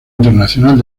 internacional